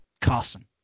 Carson